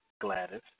Gladys